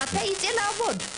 מתי הוא יצא לעבוד?